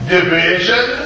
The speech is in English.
Division